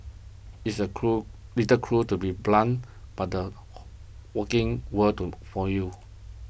it's a cruel little cruel to be blunt but the working world to for you